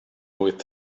with